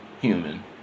human